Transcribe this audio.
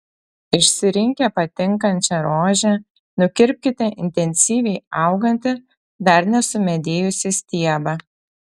išsirinkę patinkančią rožę nukirpkite intensyviai augantį dar nesumedėjusį stiebą